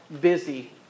busy